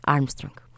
Armstrong